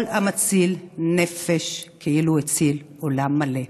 כל המציל נפש כאילו הציל עולם מלא.